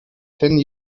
ten